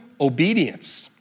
obedience